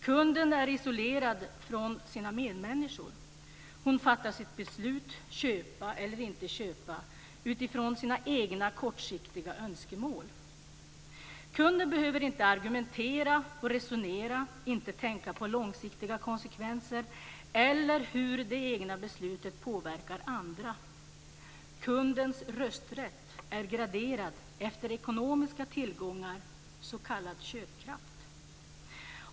Kunden är isolerad från sina medmänniskor. Hon fattar sitt beslut - köpa eller inte köpa - utifrån sina egna kortsiktiga önskemål. Kunden behöver inte argumentera och resonera, inte tänka på långsiktiga konsekvenser eller på hur det egna beslutet påverkar andra. Kundens "rösträtt" är graderad efter ekonomiska tillgångar, s.k. köpkraft.